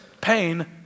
pain